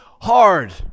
hard